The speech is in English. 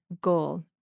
goal